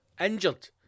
injured